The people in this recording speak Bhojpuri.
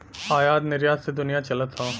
आयात निरयात से दुनिया चलत हौ